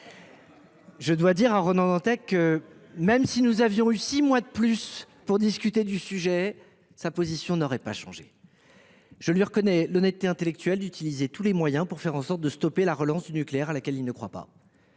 Je dois dire à Ronan Dantec que, même si nous avions eu six mois de plus pour discuter du sujet, sa position n’aurait pas changé. Je lui reconnais l’honnêteté intellectuelle d’utiliser tous les moyens pour faire en sorte de stopper la relance du nucléaire, à laquelle il ne croit pas.